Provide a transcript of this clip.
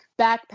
backpack